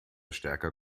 stärker